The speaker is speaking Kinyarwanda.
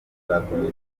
izakomeza